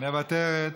מוותרת.